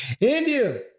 India